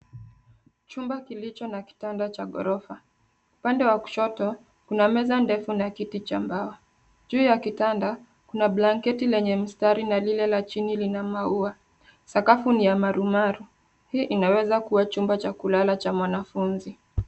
Chumba kilicho na kitanda cha gorofa, pande wa kushoto, kuna meza ndefu na kiti cha mbao. Juu ya kitanda, kuna blanketi lenye mistari na lile la chini lina maua. Sakafu ni ya marumaru, hii inweza kuwa chumba cha kulala cha mwanafunzi.